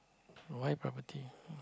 why property